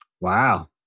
Wow